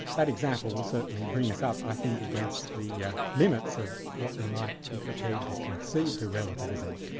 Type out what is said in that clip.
that example will certainly bring us up, i think, against the yeah limits of what we might be prepared to concede to relativism.